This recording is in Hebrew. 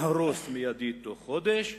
להרוס מייד בתוך חודש,